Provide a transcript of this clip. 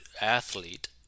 athlete